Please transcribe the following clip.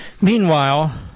Meanwhile